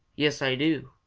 yes, ah do!